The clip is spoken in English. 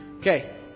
Okay